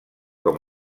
com